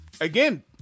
again